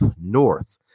north